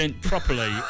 Properly